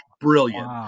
brilliant